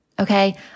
Okay